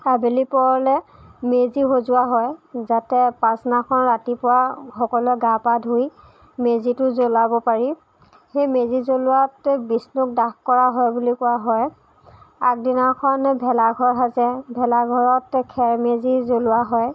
আবেলি পৰলে মেজি সজোৱা হয় যাতে পাছদিনাখন ৰাতিপুৱা সকলোৱে গা পা ধুই মেজিটো জ্বলাব পাৰি সেই মেজি জ্বলোৱাটোক বিষ্ণুক দাহ কৰা হয় বুলি কোৱা হয় আগদিনাখন ভেলাঘৰ সাজে ভেলাঘৰত খেৰ মেজি জ্বলোৱা হয়